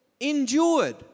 endured